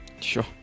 Sure